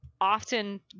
often